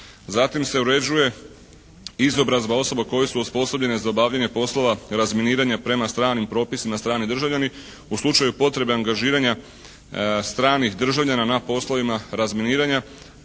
Zatim se uređuje izobrazba osoba koje su osposobljene za obavljanje poslova razminiranja prema stranim propisima. Strani državljani u slučaju potrebe, angažiranja stranih državljana na poslovima razminiranja